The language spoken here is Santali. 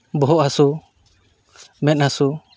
ᱵᱚᱦᱚᱜ ᱦᱟᱥᱩ ᱢᱮᱸᱫ ᱦᱟᱥᱩ